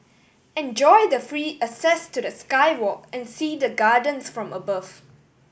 enjoy the free access to the sky walk and see the gardens from above